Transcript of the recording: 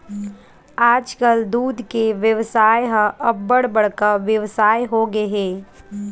आजकाल दूद के बेवसाय ह अब्बड़ बड़का बेवसाय होगे हे